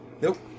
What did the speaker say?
Nope